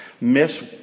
miss